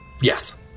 yes